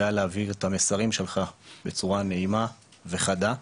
להעביר את המסרים שלך בצורה נעימה וחדה.